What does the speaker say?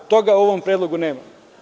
Toga u ovom predlogu nema.